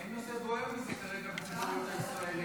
אין נושא בוער מזה כרגע בציבוריות הישראלית.